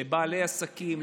לבעלי עסקים,